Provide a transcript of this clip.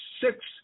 six